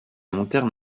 lanterne